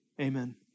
Amen